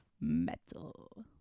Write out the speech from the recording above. metal